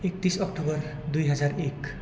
एक्तिस अक्टोबर दुई हजार एक